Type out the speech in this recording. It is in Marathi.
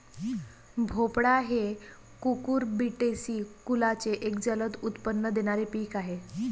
भोपळा हे कुकुरबिटेसी कुलाचे एक जलद उत्पन्न देणारे पीक आहे